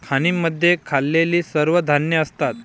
खाणींमध्ये खाल्लेली सर्व धान्ये असतात